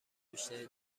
بیشتری